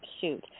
shoot